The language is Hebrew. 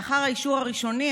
לאחר האישור הראשוני,